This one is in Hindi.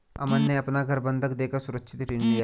अमन ने अपना घर बंधक देकर सुरक्षित ऋण लिया